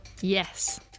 Yes